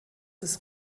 ist